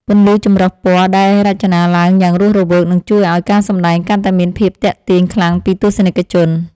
ពន្លឺចម្រុះពណ៌ដែលរចនាឡើងយ៉ាងរស់រវើកនឹងជួយឱ្យការសម្ដែងកាន់តែមានភាពទាក់ទាញខ្លាំងពីទស្សនិកជន។